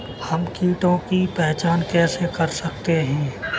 हम कीटों की पहचान कैसे कर सकते हैं?